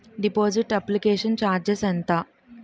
Deposit application charges ఎంత?